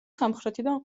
სამხრეთიდან